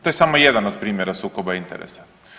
To je samo jedan od primjera sukoba interesa.